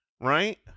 right